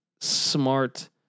smart